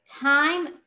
time